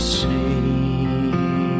see